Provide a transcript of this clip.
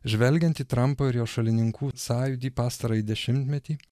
žvelgiant į trampą ir jo šalininkų sąjūdį pastarąjį dešimtmetį